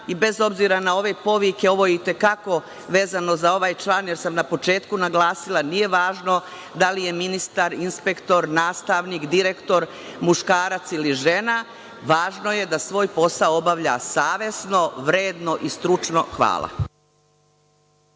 i bez obzira na povike, ovo je i te kako vezano za ovaj član, jer sam na početku naglasila, nije važno da li je ministar inspektor, nastavnik, direktor, muškarac ili žena, važno je da svoj posao obavlja savesno, vredno i stručno. Hvala